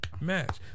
match